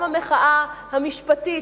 גם המחאה המשפטית,